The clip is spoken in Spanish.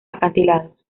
acantilados